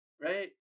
Right